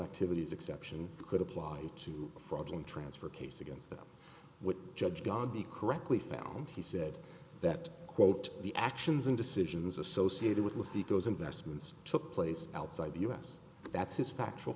activities exception could apply to fraudulent transfer case against them what judge gandhi correctly found he said that quote the actions and decisions associated with the those investments took place outside the u s that's his factual